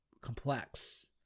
complex